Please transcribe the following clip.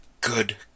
Good